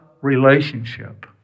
relationship